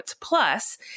Plus